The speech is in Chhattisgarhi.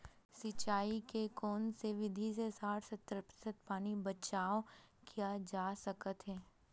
सिंचाई के कोन से विधि से साठ सत्तर प्रतिशत पानी बचाव किया जा सकत हे?